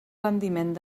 rendiment